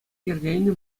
йӗркеленӗ